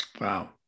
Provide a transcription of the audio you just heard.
Wow